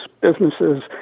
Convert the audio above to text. businesses